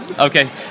Okay